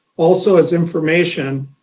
also as information,